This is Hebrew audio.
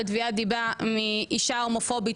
אבל הוא עוטף את זה, הוא עוטף את זה בנייר צלופן.